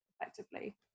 effectively